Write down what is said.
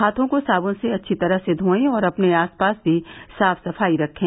हाथों को साबुन से अच्छी तरह से धोयें और अपने आसपास भी साफ सफाई रखें